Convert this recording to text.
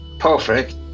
Perfect